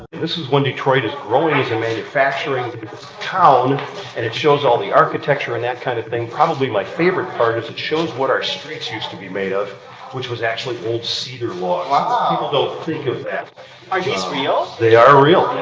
this is when detroit is growing into manufacturing but town and it shows all the architecture and that kind of thing probably my favorite part is it shows what our streets used to be made of which was actually old cedar logs people don't think of that are these real? they are real,